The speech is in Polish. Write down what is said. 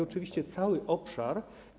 Oczywiście cały obszar.